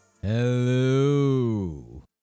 Hello